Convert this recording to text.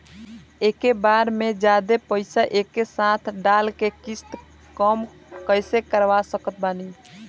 एके बार मे जादे पईसा एके साथे डाल के किश्त कम कैसे करवा सकत बानी?